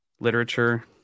literature